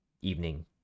evening